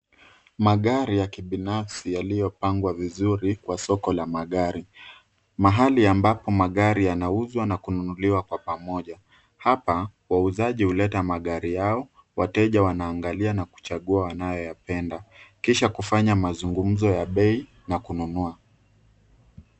Magari ya kibinafsi yaliyopangwa vizuri kwa soko la magari. Mahali ambapo magari yanauzwa na kununuliwa kwa pamoja. Hapa wauzaji huleta magari yao, wateja wanaangalia na kuchagua wanayoyapenda, kisha kufanya mazungumzo ya bei na kununua.